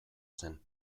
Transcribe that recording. zen